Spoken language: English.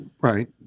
Right